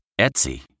Etsy